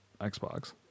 Xbox